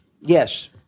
Yes